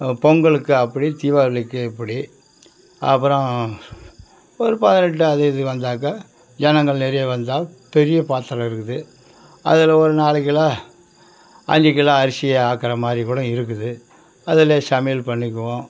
பொங்கலுக்கு அப்படி தீபாவளிக்கு இப்படி அப்புறம் ஒரு பதினெட்டு அது இது வந்தாக்கா ஜனங்கள் நெறையா வந்தால் பெரிய பாத்திரம் இருக்குது அதில் ஒரு நாலு கிலோ அஞ்சு கிலோ அரிசி ஆக்குற மாதிரி கூட இருக்குது அதில் சமையல் பண்ணிக்குவோம்